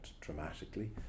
dramatically